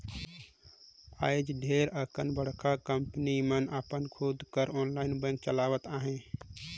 आएज ढेरे अकन बड़का कंपनी मन अपन खुद कर आनलाईन बेंक चलावत अहें